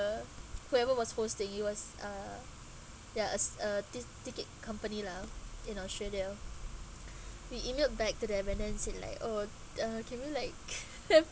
the whoever was posting it was uh ya as a tic~ ticket company lah in australia we emailed back to them and then said like oh uh can you like have